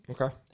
Okay